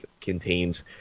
contains